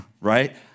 right